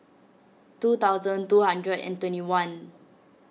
two thousand two hundred and twenty one